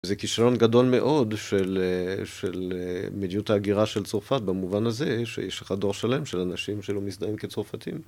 זה כישרון גדול מאוד של מדיניות ההגירה של צרפת, במובן הזה שיש לך דור שלם של אנשים שלא מזדהים כצרפתים.